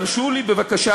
הרשו לי בבקשה,